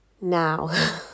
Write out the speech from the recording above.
now